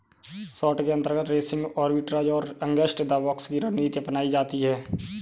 short के अंतर्गत racing arbitrage और अगेंस्ट द बॉक्स की रणनीति अपनाई जाती है